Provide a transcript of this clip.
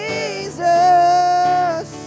Jesus